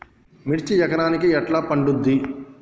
మిర్చి ఎకరానికి ఎట్లా పండుద్ధి?